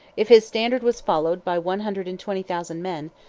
if his standard was followed by one hundred and twenty thousand men,